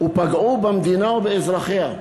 ופגעו במדינה ובאזרחיה.